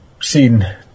seen